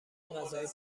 غذایی